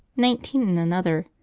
nineteen in another